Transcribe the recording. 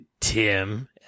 Tim